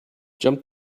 jump